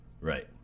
Right